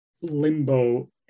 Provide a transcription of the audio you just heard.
limbo